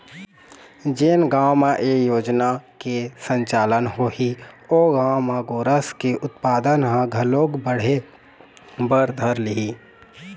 जेन गाँव म ए योजना के संचालन होही ओ गाँव म गोरस के उत्पादन ह घलोक बढ़े बर धर लिही